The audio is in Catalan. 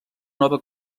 nova